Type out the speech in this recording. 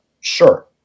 Sure